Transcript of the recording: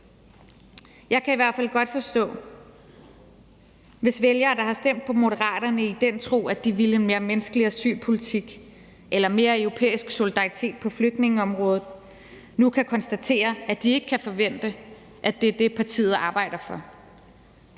Jeg kan i hvert fald godt forstå, hvis vælgere, der har stemt på Moderaterne i den tro, at de ville en mere menneskelig asylpolitik eller mere europæisk solidaritet på flygtningeområdet, nu kan konstatere, at de ikke kan forvente, at det er det, partiet arbejder for.